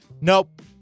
nope